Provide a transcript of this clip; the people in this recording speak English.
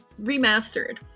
remastered